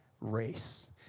race